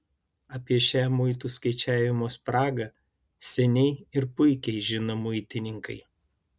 apie šią muitų skaičiavimo spragą seniai ir puikiai žino muitininkai